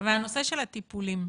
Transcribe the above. אבל הנושא של הטיפולים,